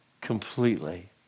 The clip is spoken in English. completely